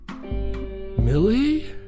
Millie